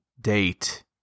date